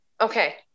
Okay